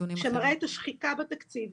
שמראה את השחיקה בתקציב.